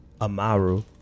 Amaru